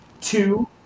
Two